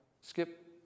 Skip